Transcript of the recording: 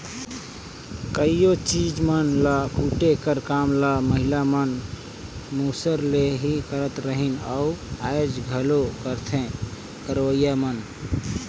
कइयो चीज मन ल कूटे कर काम ल महिला मन मूसर ले ही करत रहिन अउ आएज घलो करथे करोइया मन